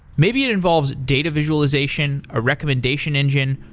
maybe it involves data visualization, a recommendation engine,